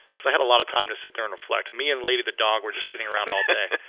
cause i had a lot of time to sit there and reflect. me and lady the dog were just sitting around all day.